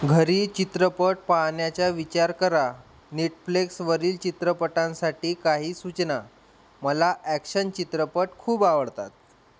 घरी चित्रपट पाहण्याच्या विचार करा नेटफ्लिक्सवरील चित्रपटांसाठी काही सूचना मला ॲक्शन चित्रपट खूप आवडतात